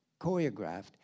choreographed